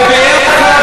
ויחד,